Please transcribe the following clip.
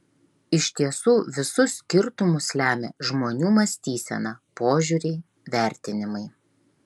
iš tiesų visus skirtumus lemia žmonių mąstysena požiūriai vertinimai